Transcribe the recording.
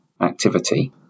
activity